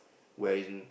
where in